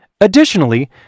Additionally